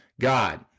God